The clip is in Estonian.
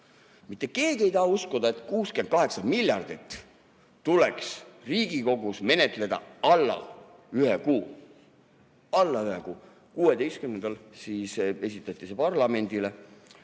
Mitte keegi ei taha uskuda, et 68 miljardit tuleks Riigikogus menetleda alla ühe kuu. 16. [novembril] esitati see parlamendile.